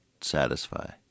satisfy